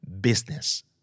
business